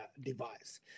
device